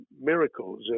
miracles